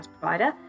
provider